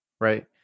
Right